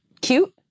cute